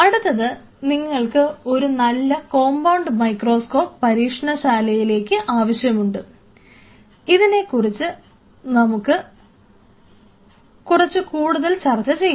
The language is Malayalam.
അടുത്തത് നിങ്ങൾക്ക് ഒരു നല്ല കോമ്പൌണ്ട് മൈക്രോസ്കോപ് പരീക്ഷണശാലയിലേക്ക് ആവശ്യമുണ്ട് ഇതിനെക്കുറിച്ച് നമ്മൾക്ക് കുറച്ച് കൂടുതൽ ചർച്ച ചെയ്യാം